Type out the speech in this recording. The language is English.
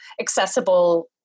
accessible